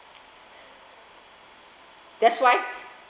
that's why